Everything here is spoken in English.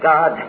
God